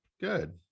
good